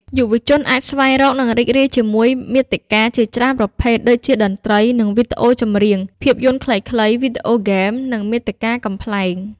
យុវជនអាចស្វែងរក និងរីករាយជាមួយមាតិកាជាច្រើនប្រភេទដូចជា តន្ត្រី និងវីដេអូចម្រៀង ភាពយន្តខ្លីៗ វីដេអូហ្គេម និងមាតិកាកំប្លែង។